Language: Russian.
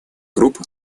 групп